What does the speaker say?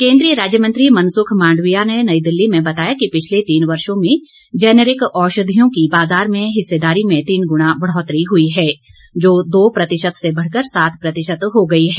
केन्द्रीय राज्य मंत्री मनसुख मांडविया ने नई दिल्ली में बताया कि पिछले तीन वर्षो में जेनेरिक औषधियों की बाजार में हिस्सेदारी में तीन गुना बढ़ोतरी हुई है जो दो प्रतिशत से बढ़कर सात प्रतिशत हो गई है